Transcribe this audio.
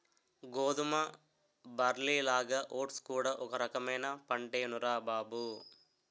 గోధుమ, బార్లీలాగా ఓట్స్ కూడా ఒక రకమైన పంటేనురా బాబూ